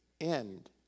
end